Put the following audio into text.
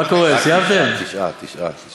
תשעה, תשעה.